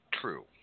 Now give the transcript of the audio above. true